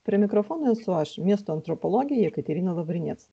prie mikrofono esu aš miesto antropologė jekaterina lavrinec